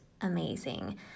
amazing